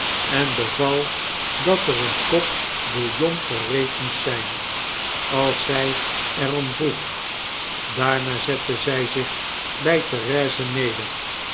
en beval dat er een kop bouillon gereed moest zijn als zij er om vroeg daarna zette zij zich bij therese neder